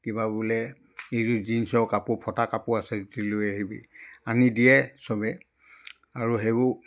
কিবা বোলে এইটো জীনছৰ কাপোৰ ফটা কাপোৰ আছে যদি লৈ আহিবি আনি দিয়ে চবেই আৰু সেইবোৰ